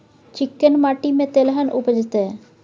चिक्कैन माटी में तेलहन उपजतै?